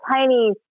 tiny